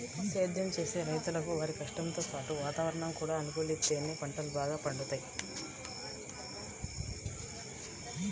సేద్దెం చేసే రైతులకు వారి కష్టంతో పాటు వాతావరణం కూడా అనుకూలిత్తేనే పంటలు బాగా పండుతయ్